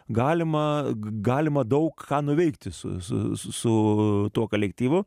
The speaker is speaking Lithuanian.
galima galima daug ką nuveikti su su su kolektyvu